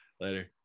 later